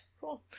Cool